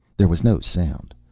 there was no sound.